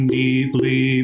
deeply